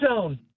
zone